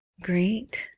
Great